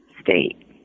state